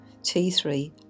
T3